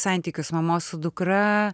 santykius mamos su dukra